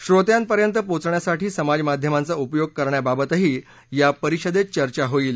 श्रोत्यापर्यंत पोचण्यासाठी समाजमाध्यमांचा उपयोग करण्याबाबतही यी परिषदेत चर्चा होईल